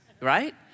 right